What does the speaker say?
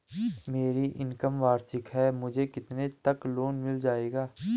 मेरी इनकम वार्षिक है मुझे कितने तक लोन मिल जाएगा?